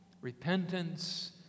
repentance